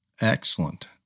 Excellent